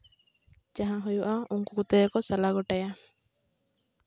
ᱡᱟᱦᱟᱸ ᱦᱩᱭᱩᱜᱼᱟ ᱩᱱᱠᱩ ᱠᱚᱛᱮ ᱠᱚ ᱥᱟᱞᱟ ᱜᱚᱴᱟᱭᱟ